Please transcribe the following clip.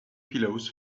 pillows